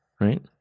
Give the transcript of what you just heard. right